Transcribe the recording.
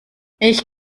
ich